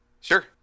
Sure